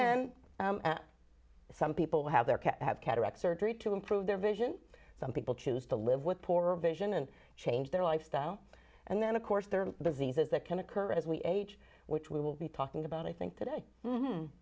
then some people have their have cataract surgery to improve their vision some people choose to live with poor vision and change their lifestyle and then of course there are diseases that can occur as we age which we will be talking about i think today